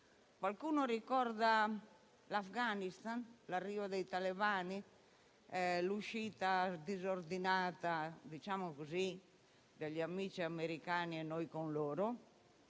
Qualcuno ricorda l'Afghanistan, l'arrivo dei talebani, l'uscita disordinata - diciamo così - degli amici americani e noi con loro?